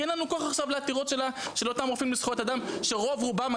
כי אין לנו כוח עכשיו לעתירות של אותם רופאים לזכויות אדם",